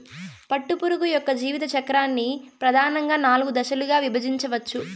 పట్టుపురుగు యొక్క జీవిత చక్రాన్ని ప్రధానంగా నాలుగు దశలుగా విభజించవచ్చు